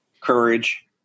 courage